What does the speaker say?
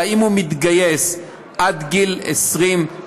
אלא אם הוא מתגייס עד גיל 23,